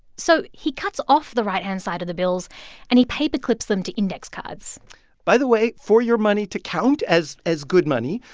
so he cuts off the right hand side of the bills and he paperclips them to index cards by the way, for your money to count as as good money,